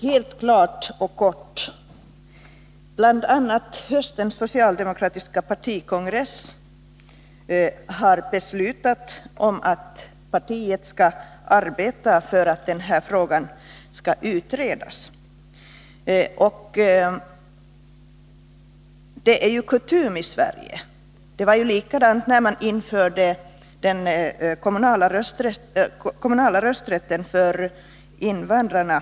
Herr talman! Helt klart och kort: Bl. a. höstens socialdemokratiska partikongress har beslutat att partiet skall arbeta för att den här frågan skall utredas. Det är kutym i Sverige att en fråga först skall utredas. Det var likadant när man införde den kommunala rösträtten för invandrarna.